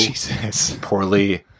poorly